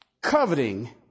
coveting